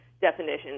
definition